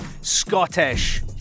scottish